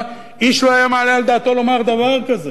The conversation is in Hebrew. איש לא היה מעלה על דעתו לומר דבר כזה,